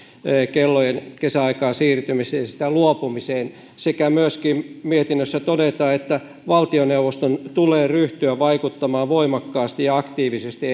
kellojen kesäaikaan siirtämisestä luopumiseen ja myöskin mietinnössä todetaan että valtioneuvoston tulee ryhtyä vaikuttamaan voimakkaasti ja aktiivisesti